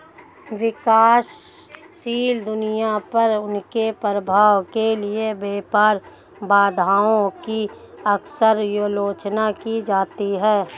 विकासशील दुनिया पर उनके प्रभाव के लिए व्यापार बाधाओं की अक्सर आलोचना की जाती है